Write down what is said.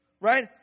Right